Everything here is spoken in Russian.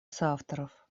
соавторов